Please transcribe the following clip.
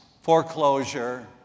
foreclosure